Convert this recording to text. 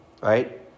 right